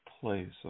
place